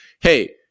Hey